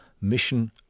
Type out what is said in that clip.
Mission